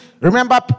Remember